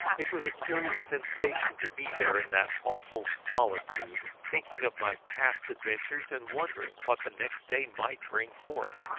it was a curious sensation to be there in that awful solitude, thinking of my past adventures, and wondering what the next day might bring forth.